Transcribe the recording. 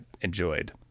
enjoyed